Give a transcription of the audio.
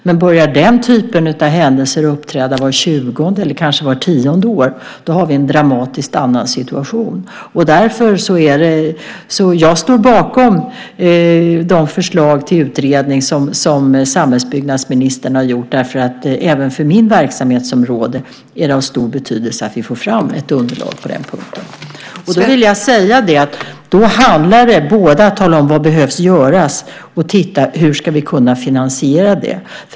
Men börjar den typen av händelser att uppträda vart tjugonde eller kanske vart tionde år, då har vi en dramatiskt annorlunda situation. Jag står bakom samhällsbyggnadsministerns förslag till utredning, därför att även för mitt verksamhetsområde är det av stor betydelse att vi får fram ett underlag på den punkten. Då handlar det om att både tala om vad som behöver göras och att titta på hur vi ska kunna finansiera det.